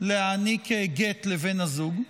להעניק גט לבן הזוג,